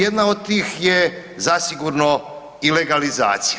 Jedna od tih je zasigurno i legalizacija.